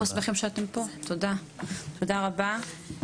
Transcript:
תודה רבה.